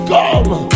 Come